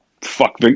fuck